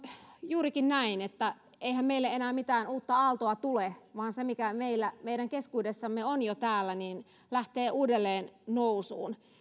juurikin näin että eihän meille enää mitään uutta aaltoa tule vaan se mikä meidän keskuudessamme on jo täällä lähtee uudelleen nousuun